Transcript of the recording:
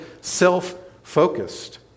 self-focused